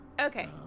Okay